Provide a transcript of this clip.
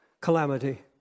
calamity